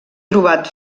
trobat